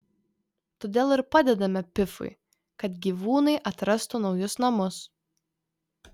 todėl ir padedame pifui kad gyvūnai atrastų naujus namus